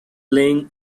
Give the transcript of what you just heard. playing